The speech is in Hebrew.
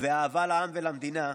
ואהבה לעם ולמדינה,